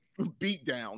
beatdown